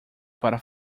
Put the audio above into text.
para